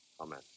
Amen